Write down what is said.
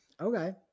Okay